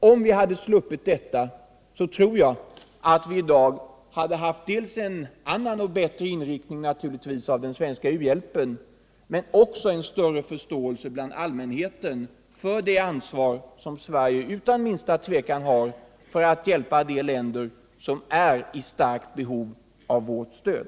Om vi hade sluppit detta, tror jag att vi i dag hade haft en annan och bättre inriktning av den svenska u-hjälpen men också vunnit större förståelse bland allmänheten för det ansvar, som Sverige utan minsta tvekan har för att hjälpa de länder som är i starkt behov av vårt stöd.